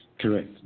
Correct